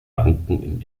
banken